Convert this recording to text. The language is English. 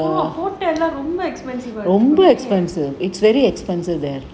hotel ரொம்ப:romba expensive இருக்கும்:irukum